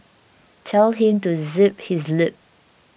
tell him to zip his lip